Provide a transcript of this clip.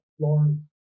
Lauren